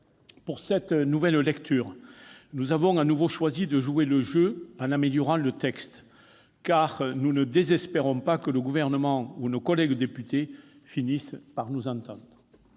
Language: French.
Pour cette nouvelle lecture, nous avons à nouveau choisi de jouer le jeu en améliorant le texte, car nous ne désespérons pas que le Gouvernement ou nos collègues députés finissent par nous entendre.